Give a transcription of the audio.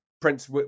Prince